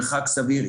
מרחק סביר,